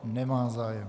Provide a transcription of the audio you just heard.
Nemá zájem.